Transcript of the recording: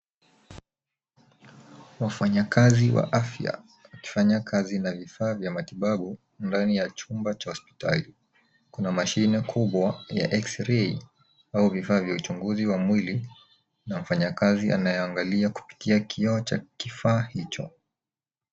Wafanyakazi wa afya wakifanya kazi na vifaa vya matibabu ndani ya chumba cha hospitali. Kuna mashine kubwa ya x-ray au vifaa vya uchunguzi wa mwili na mfanyakazi anayeangalia kupitia kioo cha kifaa hicho.